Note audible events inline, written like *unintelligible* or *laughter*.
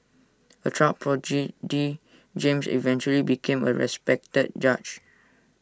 A child prodigy *unintelligible* James eventually became A respected judge